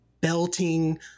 belting